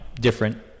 different